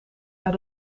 uit